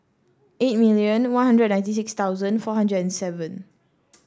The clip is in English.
eight million One Hundred ninety six thousand four hundred and seven